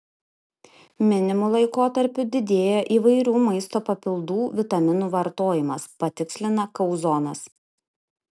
minimu laikotarpiu didėja įvairių maisto papildų vitaminų vartojimas patikslina kauzonas